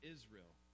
Israel